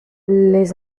les